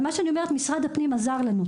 מה שאני אומרת, משרד הפנים עזר לנו.